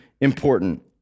important